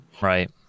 Right